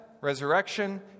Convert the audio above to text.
resurrection